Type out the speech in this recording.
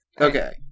Okay